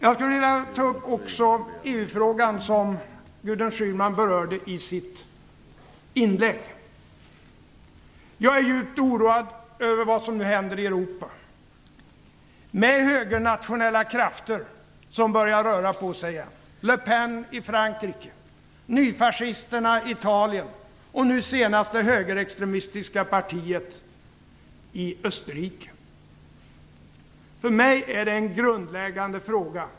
Jag skulle också vilja ta upp EU-frågan, som Gudrun Schyman berörde i sitt inlägg. Jag är djupt oroad över vad som nu händer i Europa med högernationella krafter som börjar röra på sig igen: Le Pen i Frankrike, nyfascisterna i Italien och nu senast det högerextremistiska partiet i Österrike. För mig är det en grundläggande fråga.